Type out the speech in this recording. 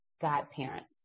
godparents